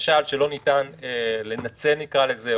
למשל שלא ניתן "לנצל" נקרא לזה,